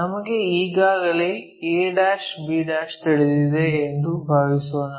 ನಮಗೆ ಈಗಾಗಲೇ a b ತಿಳಿದಿದೆ ಎಂದು ಭಾವಿಸೋಣ